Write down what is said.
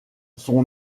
son